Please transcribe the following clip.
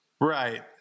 Right